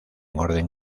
orden